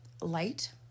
light